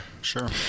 Sure